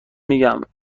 میگم